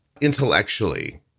intellectually